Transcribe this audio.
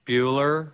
Bueller